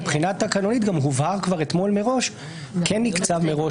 מבחינה תקנונית גם הובהר כבר אתמול מראש שכן נקצב מראש